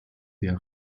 der